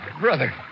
brother